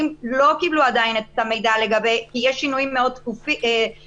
לא קיבלו עדיין את המידע יש שינויים מאוד מהירים,